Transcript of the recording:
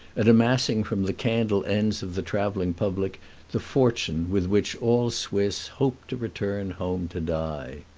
and amassing from the candle-ends of the travelling public the fortune with which all swiss hope to return home to die.